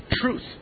truth